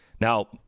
Now